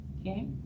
okay